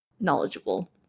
knowledgeable